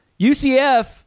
UCF